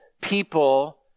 people